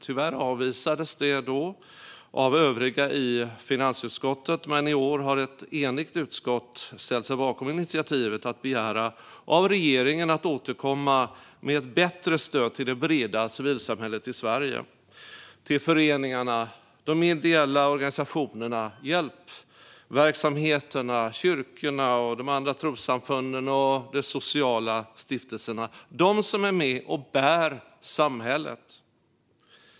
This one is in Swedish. Tyvärr avvisades det då av övriga i finansutskottet. Men i år har ett enigt utskott ställt sig bakom initiativet att begära av regeringen att återkomma med ett bättre stöd till det breda civilsamhället i Sverige. Det handlar om stödet till föreningarna, de ideella organisationerna, hjälpverksamheterna, kyrkorna, de andra trossamfunden och de sociala stiftelserna. Det är de som är med och bär samhället.